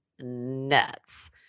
nuts